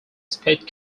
speed